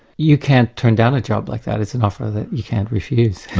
you can't turn down a job like that, it's an offer that you can't refuse.